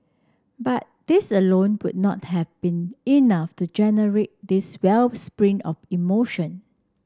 but these alone would not have been enough to generate this wellspring of emotion